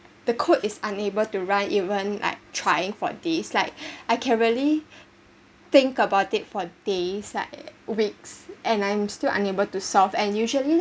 the code is unable to run even like trying for days like I can really think about it for days like weeks and I'm still unable to solve and usually